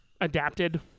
adapted